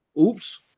Oops